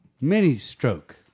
mini-stroke